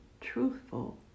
truthful